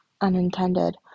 unintended